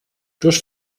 durch